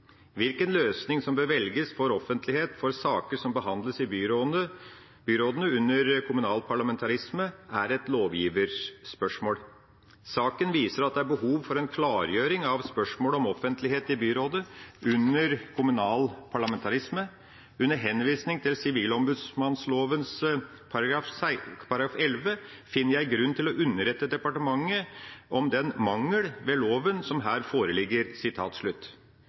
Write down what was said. Hvilken løsning som bør velges for offentlighet for saker som behandles i byrådene under kommunal parlamentarisme, er et lovgiverspørsmål. Saken viser at det er behov for en klargjøring av spørsmålet om offentlighet i byrådet under kommunal parlamentarisme. Under henvisning til sivilombudsmannsloven § 11 finner jeg grunn til å underrette departementet om den «mangel» ved loven som her foreligger.»